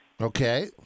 Okay